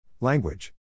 Language